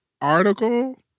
article